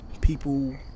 people